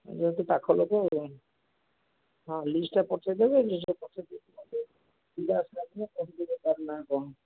ଯେହେତୁ ପାଖ ଲୋକ ଆଉ ହଁ ଲିଷ୍ଟଟା ପଠେଇ ଦେବେ ଲିଷ୍ଟଟା ପଠେଇ ଦେଇସାରିଲା ପରେ ପିଲା ଆସିଲାବେଳକୁ କହିଦେବେ ତାର ନାଁ କ'ଣ